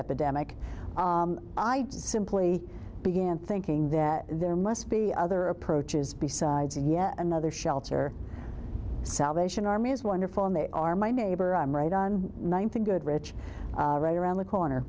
epidemic i simply began thinking that there must be other approaches besides yet another shelter salvation army is wonderful and they are my neighbor i'm right on one thing goodrich right around the corner